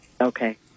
Okay